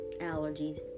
allergies